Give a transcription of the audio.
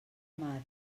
mar